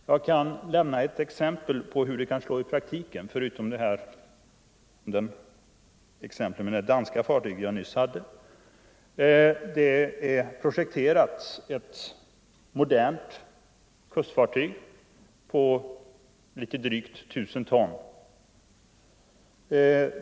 Förutom exemplet med det danska fartyget som jag nyss nämnde kan jag lämna ytterligare ett exempel på hur dessa regler kan slå i praktiken: Ett modernt kustfartyg på drygt 1 000 ton projekteras.